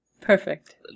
Perfect